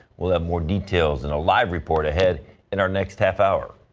we'll have more details in a live report ahead in our next half hour.